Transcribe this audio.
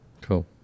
Cool